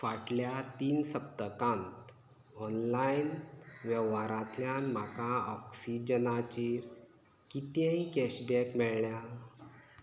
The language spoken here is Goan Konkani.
फाटल्या तीन सप्तकांत ऑनलायन वेव्हारांतल्यान म्हाका ऑक्सिजनाची कितेंय कॅशबॅक मेळ्ळ्या